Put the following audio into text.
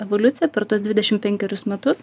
evoliuciją per tuos dvidešim penkerius metus